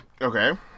Okay